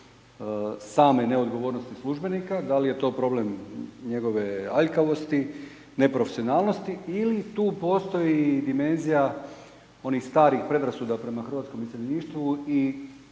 same neodgovornosti službenika, da li je to problem njegove aljkavosti, neprofesionalnosti ili tu postoji i dimenzija onih starih predrasuda prema hrvatskom iseljeništvu i